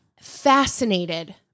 fascinated